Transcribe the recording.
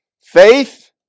Faith